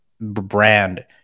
brand